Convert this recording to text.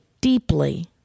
deeply